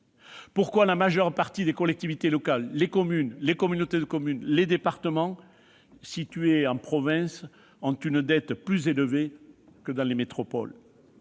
Pourquoi la majeure partie des collectivités locales- communes, communautés de communes et départements -de province ont-elles une dette plus élevée que les métropoles ?